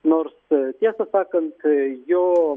nors tiesą sakant kai jo